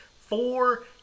four